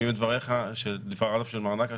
לפי דברי מר נקש,